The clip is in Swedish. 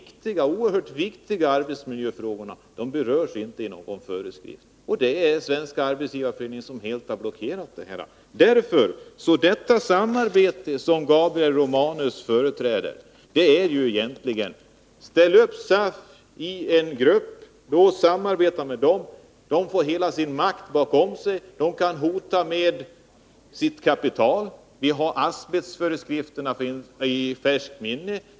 Dessa oerhört viktiga arbetsmiljöfrågor berörs inte i någon föreskrift. Svenska artetsgivareföreningen har helt blockerat dessa strävanden. Det samband som Gabriel Romanus talar om existerar knappast. Ställ SAF i en grupp. SAF har hela sin makt bakom sig och kan hota med sitt kapital. Vi har asbestföreskrifterna i färskt minne.